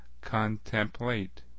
contemplate